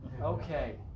Okay